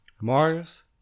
Mars